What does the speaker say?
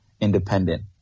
independent